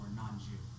non-Jew